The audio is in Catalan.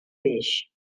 beix